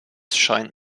scheint